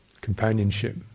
companionship